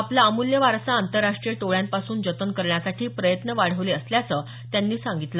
आपला अमूल्य वारसा आंतरराष्ट्रीय टोळ्यांपासून जतन करण्यासाठी प्रयत्न वाढवले असल्याचं त्यांनी सांगितलं